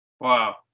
Wow